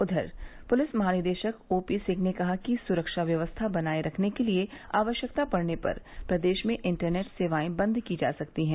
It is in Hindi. उधर पुलिस महानिदेशक ओ पी सिंह ने कहा कि सुरक्षा व्यवस्था बनाए रखने के लिए आवश्यकता पड़ने पर प्रदेश में इंटरनेट सेवाएं बंद की जा सकती हैं